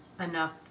enough